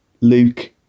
Luke